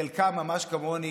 חלקם ממש כמוני